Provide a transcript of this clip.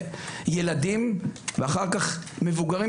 מתקשים להתמודד עם המציאות שהיום הילדים צורכים את המסכים